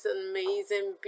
amazing